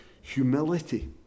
humility